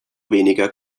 weniger